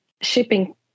shipping